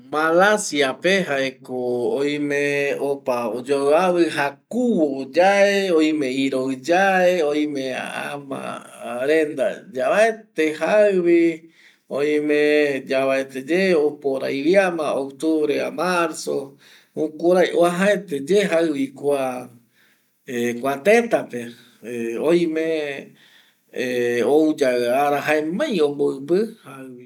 Malacia pe ko jaeko oime opa oyuavi avi jakuvo yae oime iroi yae oime amarenda yavaete vae oime uajaete jaivi oime oime yavaete ye oporaviama octubre a marzo oime ˂hesitation˃ ouyave ara jaimai omboipi jaïvi